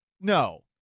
No